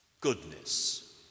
goodness